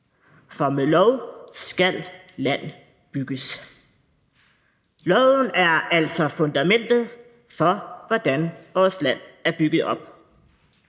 For med lov skal land bygges. Loven er altså fundamentet for, hvordan vores land er bygget op.